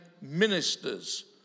ministers